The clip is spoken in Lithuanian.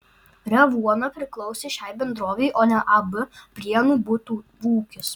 revuona priklausė šiai bendrovei o ne ab prienų butų ūkis